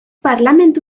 parlamentu